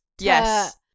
Yes